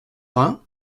vingt